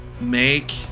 make